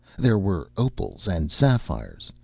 there were opals and sapphires,